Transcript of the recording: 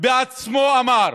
בעצמו אמר: